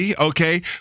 okay